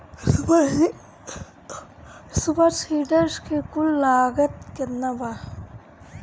Super seeder के कुल लागत केतना बा?